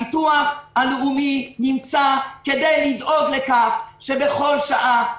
הביטוח הלאומי נמצא כדי לדאוג לכך שבכל שעה,